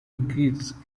increase